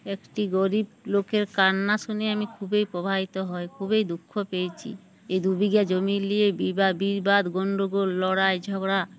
একটি গরিব লোকের কান্না শুনে আমি খুবই প্রবাহিত হ খুবই দুঃখ পেয়েছি এই দু বিঘা জমি নিয়ে বিবাদ গণ্ডগোল লড়াই ঝগড়া